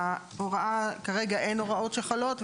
ההוראה כרגע אין הוראות שחלות,